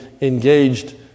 engaged